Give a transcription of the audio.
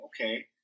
okay